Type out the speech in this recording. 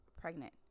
pregnant